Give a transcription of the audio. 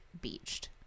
beached